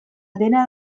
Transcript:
dena